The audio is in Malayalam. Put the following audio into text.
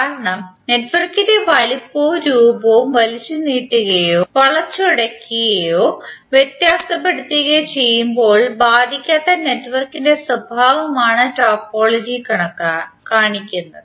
കാരണം നെറ്റ്വർക്കിന്റെ വലിപ്പവും രൂപവും വലിച്ചുനീട്ടുകയോ വളച്ചൊടിക്കുകയോ വ്യത്യസ്തപ്പെടുത്തുകയോ ചെയ്യുമ്പോൾ ബാധിക്കാത്ത നെറ്റ്വർക്കിന്റെ സ്വഭാവം ആണ് ടോപ്പോളജി കാണിക്കുന്നത്